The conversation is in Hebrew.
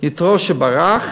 יתרו שברח